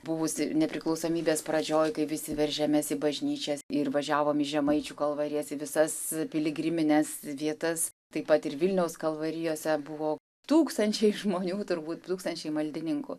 buvusi nepriklausomybės pradžioj kai visi veržiamės į bažnyčias ir važiavom į žemaičių kalvarijas į visas piligrimines vietas taip pat ir vilniaus kalvarijose buvo tūkstančiai žmonių turbūt tūkstančiai maldininkų